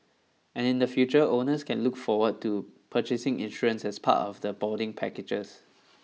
and in the future owners can look forward to purchasing insurance as part of the boarding packages